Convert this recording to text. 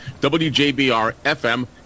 WJBR-FM